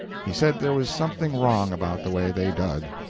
he said there was something wrong about the way they dug.